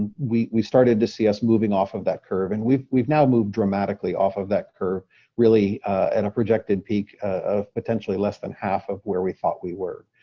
ah we we started to see us moving off of that curve. and we've we've now moved dramatically off of that curve really at a projected peak of potentially less than half of where we thought we were.